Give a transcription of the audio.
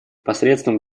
посредством